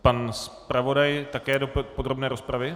Pan zpravodaj také do podrobné rozpravy?